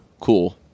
cool